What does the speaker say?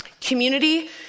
Community